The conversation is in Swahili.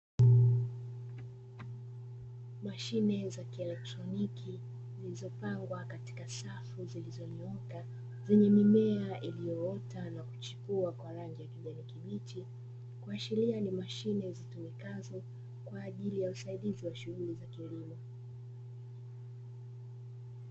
Mashine za kielektroniki zilizopangwa katika safu zilizonyooka zenye mimea iliyoota na kuchipua kwa rangi ya kijani kibichi, kuashiria ni mashine zitumakazo kwajili ya usaidizi wa shughuli za kilimo.